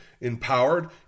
empowered